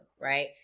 right